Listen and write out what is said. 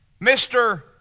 Mr